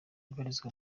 ibarizwa